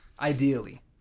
Ideally